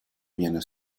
viene